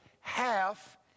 half